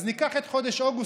אז ניקח את חודש אוגוסט,